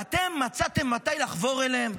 ואתם מצאתם מתי לחבור אליהם?